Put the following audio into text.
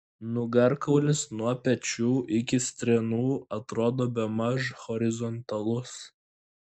nugarkaulis nuo pečių iki strėnų atrodo bemaž horizontalus